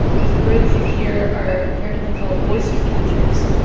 those birds you hear are apparently called oystercatchers,